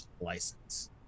License